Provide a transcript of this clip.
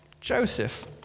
Joseph